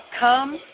come